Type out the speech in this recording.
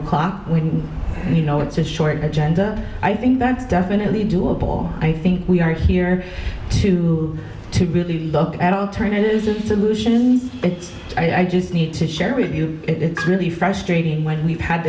o'clock and you know it's a short agenda i think that's definitely doable i think we are here to to really look at alternative solutions is i just need to share with you it's really frustrating when we've had